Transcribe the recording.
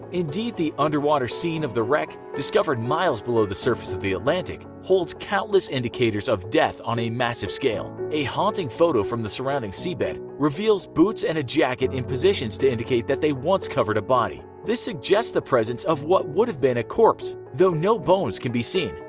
indeed, the underwater scene of the wreck, discovered miles below the surface of the atlantic, holds countless indicators of death on a massive scale. a haunting photo from the surrounding seabed reveals boots and a jacket in positions to indicate that they once covered a body. this suggests the presence of what would have been a corpse, though no bones can be seen.